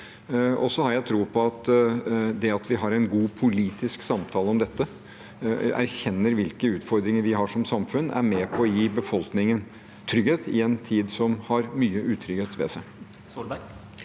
jeg tro på at det at vi har en god politisk samtale om dette, erkjenner hvilke utfordringer vi har som samfunn, er med på å gi befolkningen trygghet i en tid som har mye utrygghet ved seg.